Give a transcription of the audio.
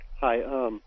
Hi